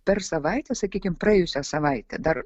per savaitę sakykim praėjusią savaitę dar